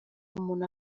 umuntu